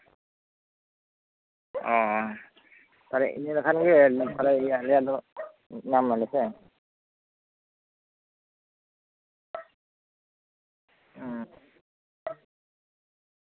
ᱚ ᱛᱟᱞᱦᱮ ᱤᱱᱟᱹ ᱠᱷᱟᱱ ᱜᱮ ᱛᱟᱞᱦᱮ ᱧᱟᱢᱟᱞᱮ ᱛᱚ ᱦᱩᱸ